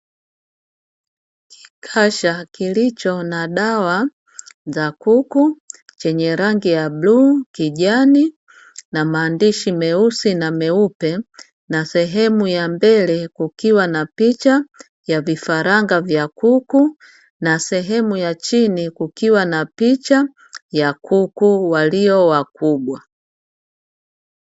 Kikasha kilicho na dawa za kuku chenye rangi ya bluu, kijani na maandishi meusi na meupe, na sehemu ya mbele kukiwa na picha ya vifanga vya kuku na sehemu ya chini kukiwa picha ya kuku walio wakubwa.